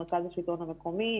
עם מרכז השלטון המקומי,